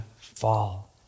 fall